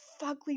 fugly